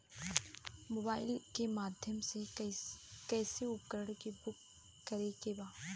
Mobile के माध्यम से कैसे उपकरण के बुक करेके बा?